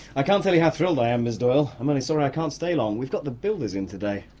i can't tell you how thrilled i am, ms doyle! i'm only sorry i can't stay long we've got the builders in today.